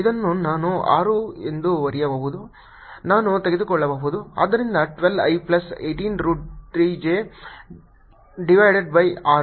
ಇದನ್ನು ನಾನು 6 ಎಂದು ಬರೆಯಬಹುದು ನಾನು ತೆಗೆದುಕೊಳ್ಳಬಹುದು ಆದ್ದರಿಂದ 12 i plus 18 root 3 j divided by 6